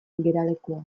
geralekura